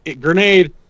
grenade